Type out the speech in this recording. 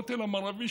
הכותל המערבי,